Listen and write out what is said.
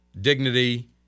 dignity